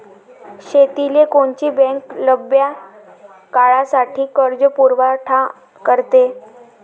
शेतीले कोनची बँक लंब्या काळासाठी कर्जपुरवठा करते?